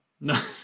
no